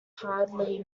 hadley